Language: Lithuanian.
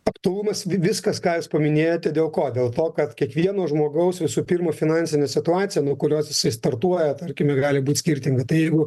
aktualumas vi viskas ką jūs paminėjote dėl ko dėl to kad kiekvieno žmogaus visų pirma finansinė situacija nuo kurios jisai startuoja tarkime gali būt skirtinga tai jeigu